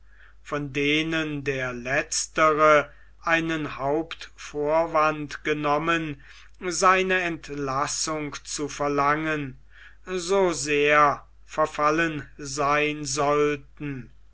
von denen der letztere einen hauptvorwand genommen seine entlassung zu verlangen so sehr verfallen sein sollten